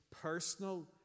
personal